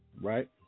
Right